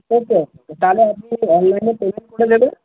ওকে okay okay তাহলে আপনি অনলাইনে পেমেন্ট করে দেবেন